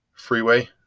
Freeway